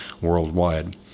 worldwide